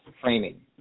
framing